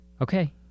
Okay